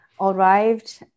arrived